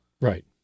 right